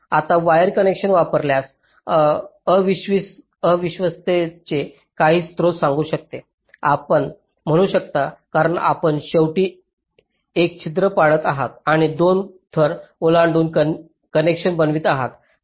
आता wire connection आपल्यास अविश्वसनीयतेचे काही स्रोत सांगू शकते आपण म्हणू शकता कारण आपण शेवटी एक छिद्र पाडत आहात आणि दोन थर ओलांडून कनेक्शन बनवित आहात